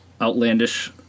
outlandish